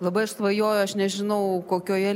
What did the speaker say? labai aš svajoju aš nežinau kokioje